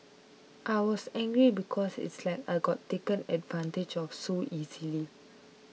I was angry because it's like I got taken advantage of so easily